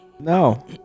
No